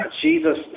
Jesus